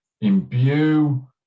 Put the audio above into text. imbue